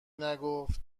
نگفت